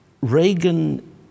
Reagan